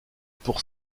pour